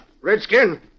Redskin